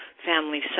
family